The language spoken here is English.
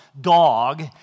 dog